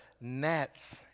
gnats